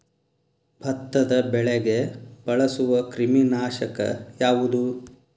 ಭತ್ತದ ಬೆಳೆಗೆ ಬಳಸುವ ಕ್ರಿಮಿ ನಾಶಕ ಯಾವುದು?